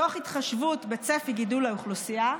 תוך התחשבות בצפי גידול האוכלוסייה,